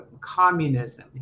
communism